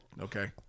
Okay